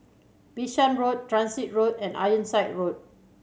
Bishan Road Transit Road and Ironside Road